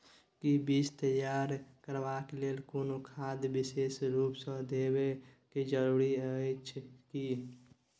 कि बीज तैयार करबाक लेल कोनो खाद विशेष रूप स देबै के जरूरी अछि की?